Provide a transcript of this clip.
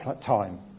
time